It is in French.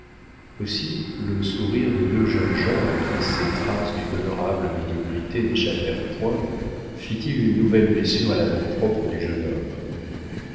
aussi le sourire des deux jeunes gens à qui ces traces d'une honorable médiocrité n'échappèrent point fit-il une nouvelle blessure à l'amour-propre du jeune homme